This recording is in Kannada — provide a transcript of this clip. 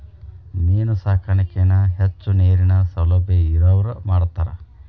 ಮೇನು ಸಾಕಾಣಿಕೆನ ಹೆಚ್ಚು ನೇರಿನ ಸೌಲಬ್ಯಾ ಇರವ್ರ ಮಾಡ್ತಾರ